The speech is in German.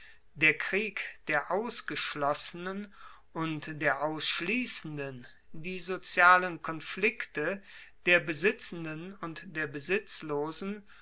der krieg der ausgeschlossenen und der ausschliessenden die sozialen konflikte der besitzenden und der besitzlosen